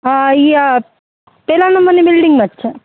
હા ઇ આ પેલા નંબરની બિલ્ડિંગમાજ છે